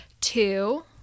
two